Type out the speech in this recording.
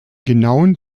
genauen